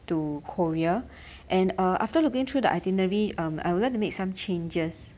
to korea and uh after looking through the itinerary um I would like to make some changes